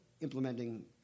implementing